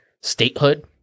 statehood